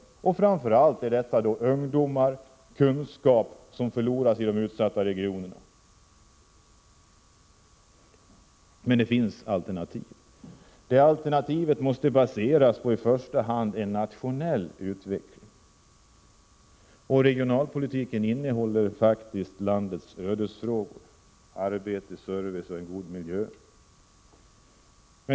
Det är framför allt ungdomarna i de utsatta regionerna som flyttar. Man förlorar också kunskap. Men det finns alternativ. Ett alternativ måste i första hand baseras på en nationell utveckling. Regionalpolitiken omfattar faktiskt landets ödesfrågor: arbete, service och en god miljö.